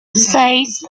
seis